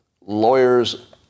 lawyers